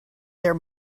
there